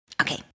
Okay